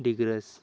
Digras